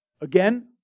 Again